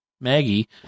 Maggie